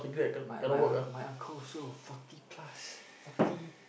my my my uncle also forty plus forty